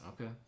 Okay